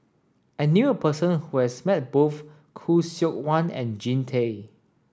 I knew a person who has met both Khoo Seok Wan and Jean Tay